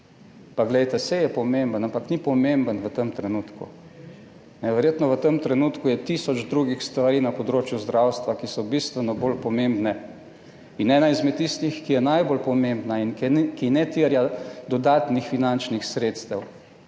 Pa glejte, saj je pomemben, ampak ni pomemben v tem trenutku, ne. Verjetno v tem trenutku je tisoč drugih stvari na področju zdravstva, ki so bistveno bolj pomembne. In ena izmed tistih, ki je najbolj pomembna in ki ne terja dodatnih finančnih sredstev,